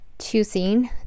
Choosing